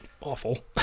awful